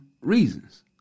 reasons